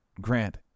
Grant